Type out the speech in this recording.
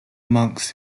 monks